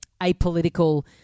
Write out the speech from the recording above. apolitical